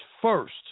first